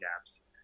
gaps